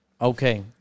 Okay